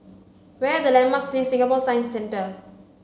where are the landmarks near Singapore Science Centre